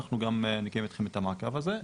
אנחנו גם נקיים אתכם את המעקב הזה.